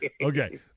Okay